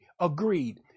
agreed